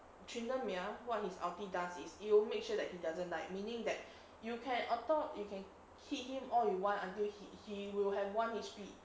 tryndamere what his ult does is it will make sure that he doesn't die meaning that you can auto you can hit him all you want until he he will have one history